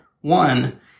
One